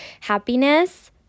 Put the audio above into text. happiness